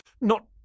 Not